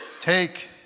Take